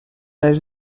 els